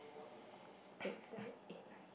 six sevn eight nine ten